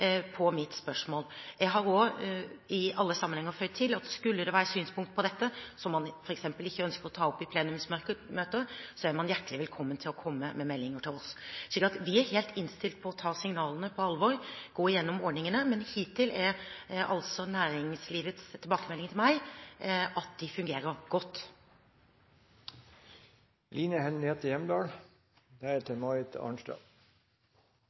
Jeg har også i alle sammenhenger føyd til at skulle det være synspunkter på dette, som man f.eks. ikke ønsker å ta opp i plenumsmøter, er man hjertelig velkommen til å komme med meldinger til oss. Vi er innstilt på å ta signalene på alvor og gå gjennom ordningene, men hittil er næringslivets tilbakemeldinger til meg, at de fungerer godt.